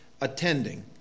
attending